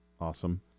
Awesome